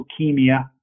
leukemia